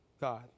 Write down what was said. God